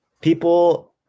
people